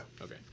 Okay